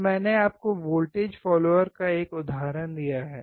तो मैंने आपको वोल्टेज फॉलोअर का एक उदाहरण दिया है